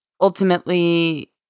ultimately